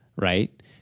right